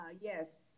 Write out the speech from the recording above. Yes